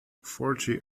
forty